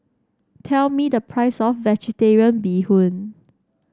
tell me the price of vegetarian Bee Hoon